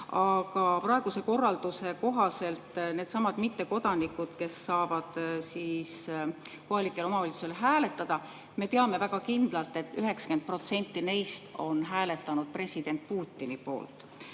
aga praeguse korralduse kohaselt needsamad mittekodanikud, kes saavad kohalikel omavalitsustel hääletada, me teame väga kindlalt, et 90% neist on hääletanud president Putini poolt.